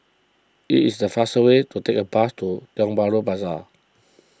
it is the faster way to take the bus to Tiong Bahru Plaza